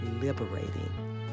liberating